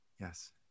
Yes